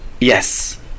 Yes